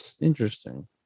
Interesting